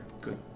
good